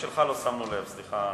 חבר הכנסת אורי אריאל נמצא.